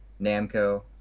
namco